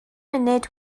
munud